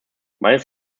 meines